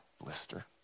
blister